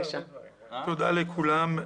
לכולם,